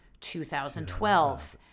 2012